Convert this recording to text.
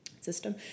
system